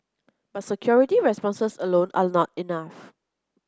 but security responses alone are not enough